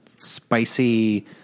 spicy